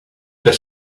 the